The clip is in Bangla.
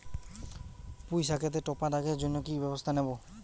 পুই শাকেতে টপা দাগের জন্য কি ব্যবস্থা নেব?